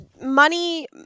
Money